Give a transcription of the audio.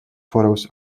photos